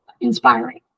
inspiring